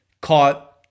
Caught